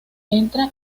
entra